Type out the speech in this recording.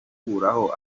gukuraho